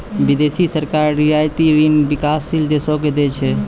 बिदेसी सरकार रियायती ऋण बिकासशील देसो के दै छै